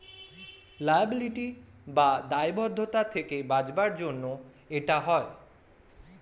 liability বা দায়বদ্ধতা থেকে বাঁচাবার জন্য এটা হয়